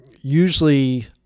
Usually